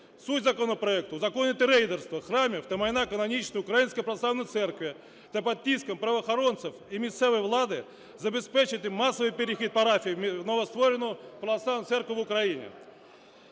Суть законопроекту – узаконити рейдерство храмів та майна канонічної Української Православної Церкви та під тиском правоохоронців і місцевої влади забезпечити масовий перехід парафій в новостворену Православну Церкву України.